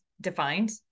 defined